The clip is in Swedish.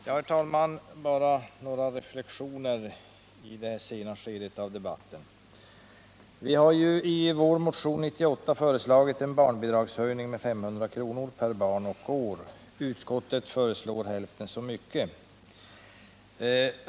Herr talman! Bara några reflexioner i detta sena skede av debatten. Vi har i vår motion 98 föreslagit en barnbidragshöjning med 500 kr. per barn och år. Socialutskottet föreslår hälften så mycket.